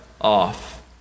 off